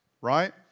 right